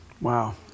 Wow